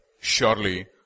surely